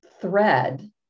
thread